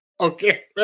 Okay